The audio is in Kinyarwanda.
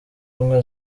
ubumwe